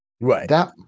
Right